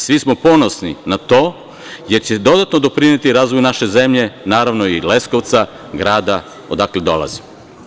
Svi smo ponosni na to, jer će dodatno doprineti razvoju naše zemlje, naravno i Leskovca, grada odakle dolazim.